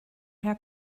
her